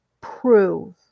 prove